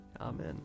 Amen